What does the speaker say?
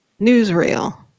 Newsreel